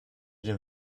den